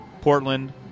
Portland